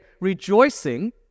rejoicing